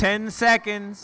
ten seconds